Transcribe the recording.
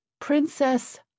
Princess